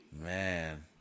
Man